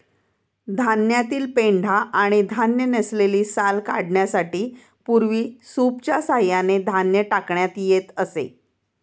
धान्यातील पेंढा आणि धान्य नसलेली साल काढण्यासाठी पूर्वी सूपच्या सहाय्याने धान्य टाकण्यात येत असे